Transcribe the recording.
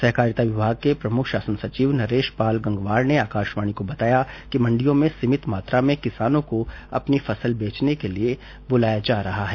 सहकारिता विभाग के प्रमुख शासने सचिव नरेश पाल गंगवार ने आकाशवाणी को बताया कि मंडियों में सीमित मात्रा में किसानों को अपनी फसल बेचने के लिए बुलाया जा रहा है